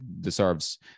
deserves